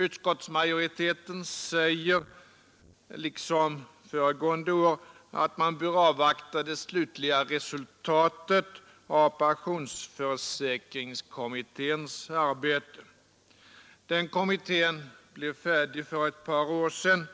Utskottsmajoriteten säger liksom föregående år att man bör avvakta det slutliga resultatet av pensionsförsäkringskommitténs arbete. Den kommittén blev färdig för ett par år sedan.